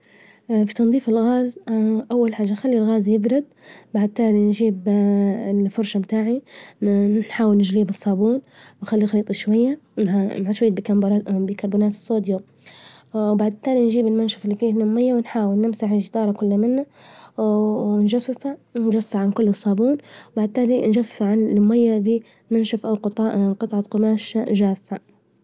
في تنظيف الغاز أول حاجة أخلي الغاز يبرد، بعد تالي نجيب الفرشة بتاعي نحاول نجليه بالصابون ونخلي الخليط شوية مع شوية بيكلر- بيكربونات الصوديوم، وبعد تالي نجيب المنشف إللي فيه هنا مية ونحاول نمسح الجدار كله منه ونجففه عن كل الصابون، وبعد تالي نجفف الميه هذي بقطعة قماش مجففة.